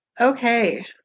Okay